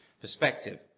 perspective